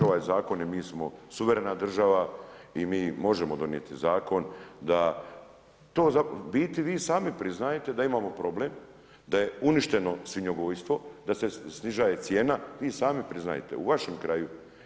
Ovaj Zakon i mi smo suverena država i mi možemo donijeti Zakon da to u biti vi sami priznajete da imamo problem, da je uništeno svinjogojstvo, da se snižaje cijena, vi sami priznajete, u vašem kraju.